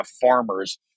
farmers